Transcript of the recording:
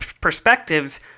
perspectives